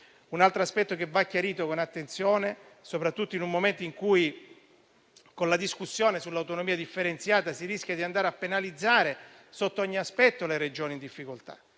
un altro aspetto che va chiarito con attenzione, soprattutto in un momento in cui, con la discussione sull'autonomia differenziata, si rischia di andare a penalizzare sotto ogni aspetto le Regioni in difficoltà.